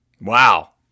Wow